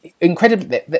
incredibly